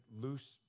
loose